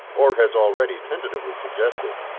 or has already tentatively suggested,